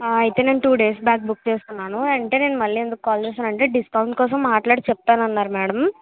అయితే నేను two days back book చేసుకున్నాను అంటే నేను మళ్ళీ ఎందుకు కాల్ చేసానంటే డిస్కౌంట్ కోసం మాట్లాడి చేపతానన్నారు మ్యాడం